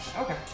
Okay